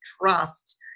trust